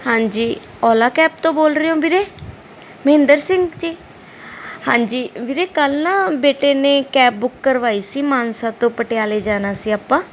ਹਾਂਜੀ Ola cab ਤੋਂ ਬੋਲ ਰਹੇ ਹੋ ਵੀਰੇ ਮਹਿੰਦਰ ਸਿੰਘ ਜੀ ਹਾਂਜੀ ਵੀਰੇ ਕੱਲ ਨਾ ਬੇਟੇ ਨੇ ਕੈਬ ਬੁੱਕ ਕਰਵਾਈ ਸੀ ਮਾਨਸਾ ਤੋਂ ਪਟਿਆਲੇ ਜਾਣਾ ਸੀ ਆਪਾਂ